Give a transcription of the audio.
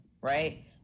right